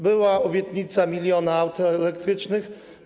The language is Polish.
Była obietnica miliona aut elektrycznych.